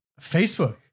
Facebook